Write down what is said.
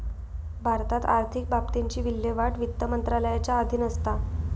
भारतात आर्थिक बाबतींची विल्हेवाट वित्त मंत्रालयाच्या अधीन असता